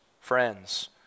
friends